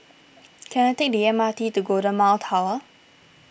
can I take the M R T to Golden Mile Tower